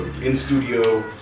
in-studio